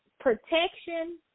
protection